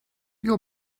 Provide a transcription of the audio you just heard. your